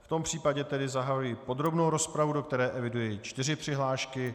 V tom případě tedy zahajuji podrobnou rozpravu, do které eviduji čtyři přihlášky.